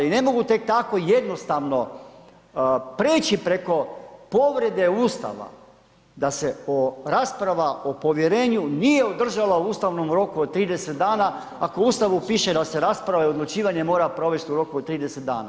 I ne mogu tek tako jednostavno preći preko povrede Ustava, da se rasprava o povjerenju nije održala u ustavnom roku od 30 dana, ako u Ustavu piše da se rasprave i odlučivanje mora provesti u roku od 30 dana.